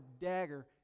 dagger